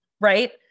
right